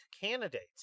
candidates